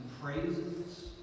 praises